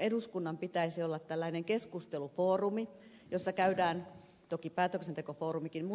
eduskunnan pitäisi olla tällainen keskustelufoorumi toki päätöksentekofoorumikin